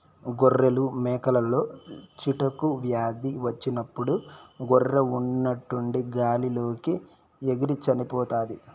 గొర్రెలు, మేకలలో చిటుకు వ్యాధి వచ్చినప్పుడు గొర్రె ఉన్నట్టుండి గాలి లోకి ఎగిరి చనిపోతాది